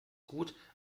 gut